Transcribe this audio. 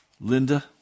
Linda